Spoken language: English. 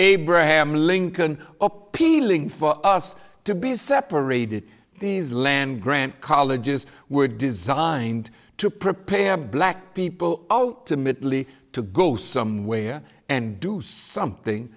abraham lincoln appealing for us to be separated these land grant colleges were designed to prepare black people out to meet lee to go somewhere and do something